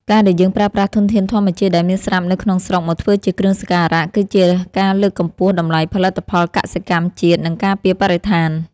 ការដែលយើងប្រើប្រាស់ធនធានធម្មជាតិដែលមានស្រាប់នៅក្នុងស្រុកមកធ្វើជាគ្រឿងសក្ការៈ គឺជាការលើកកម្ពស់តម្លៃផលិតផលកសិកម្មជាតិ និងការពារបរិស្ថាន។